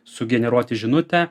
sugeneruoti žinutę